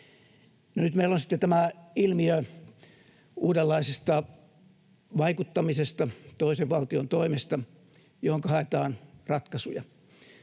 nyt meillä on sitten tämä ilmiö uudenlaisesta vaikuttamisesta toisen valtion toimesta, johonka haetaan ratkaisuja,